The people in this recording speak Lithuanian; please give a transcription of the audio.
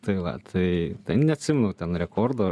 tai va tai neatsimenu ten rekordo